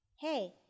Hey